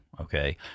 Okay